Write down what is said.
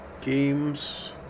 Games